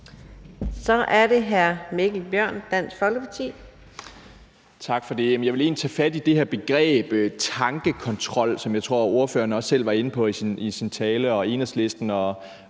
Kl. 11:06 Mikkel Bjørn (DF): Tak for det. Jeg vil egentlig tage fat i det her begreb tankekontrol, som jeg tror ordføreren også selv var inde på i sin tale, og som